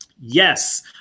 Yes